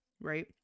right